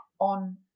on